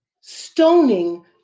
stoning